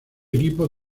equipo